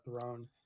throne